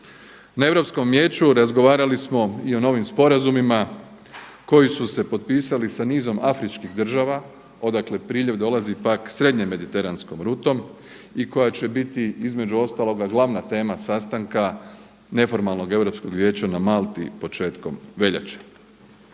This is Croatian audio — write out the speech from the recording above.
Na Europskom vijeću razgovarali smo i o novim sporazumima koji su se potpisali sa nizom afričkih država odakle priljev dolazi pak srednje mediteranskom rutom i koja će biti između ostaloga glavna tema sastanka neformalnog Europskog vijeća na Malti početkom veljače.